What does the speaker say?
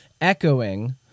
echoing